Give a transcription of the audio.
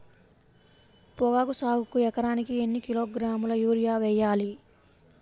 పొగాకు సాగుకు ఎకరానికి ఎన్ని కిలోగ్రాముల యూరియా వేయాలి?